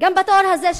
גם בתואר הזה,